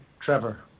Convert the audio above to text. Trevor